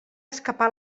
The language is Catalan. escapar